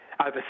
over